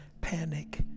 panic